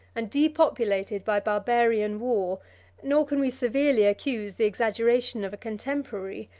and depopulated by barbarian war nor can we severely accuse the exaggeration of a contemporary,